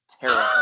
terrible